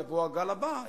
יבוא הגל הבא,